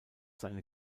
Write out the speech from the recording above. seine